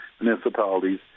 municipalities